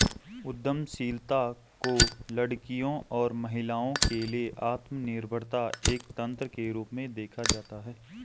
उद्यमशीलता को लड़कियों और महिलाओं के लिए आत्मनिर्भरता एक तंत्र के रूप में देखा जाता है